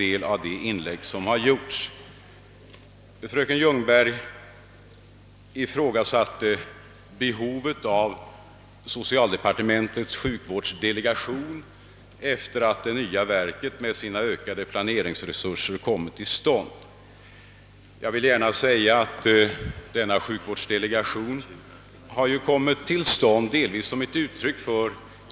Det är nu landstingen och de stora städerna som har det direkta ansvaret för nästan hela den slutna sjukvården i vårt land. Det har med andra ord ägt rum en stor, ja jag skulle vilja säga en. utomordentligt viktig utveckling i och med att väsentliga delar av svensk sjukvård har överförts till de kommunala huvudmännen.